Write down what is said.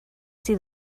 see